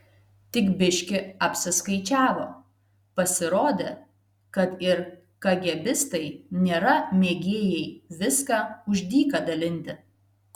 tik biški apsiskaičiavo pasirodė kad ir kagėbistai nėra mėgėjai viską už dyką dalinti